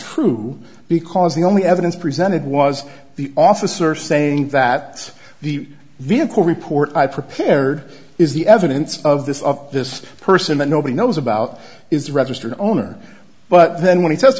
true because the only evidence presented was the officer saying that the vehicle report i prepared is the evidence of this of this person that nobody knows about is the registered owner but then when he